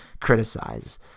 criticize